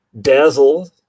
dazzle